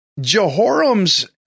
Jehoram's